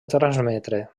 transmetre